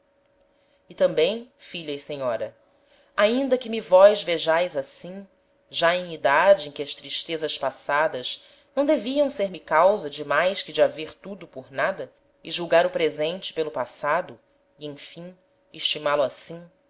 e tambem filha e senhora ainda que me vós vejaes assim já em idade em que as tristezas passadas não deviam ser-me causa de mais que de haver tudo por nada e julgar o presente pelo passado e emfim estimá lo assim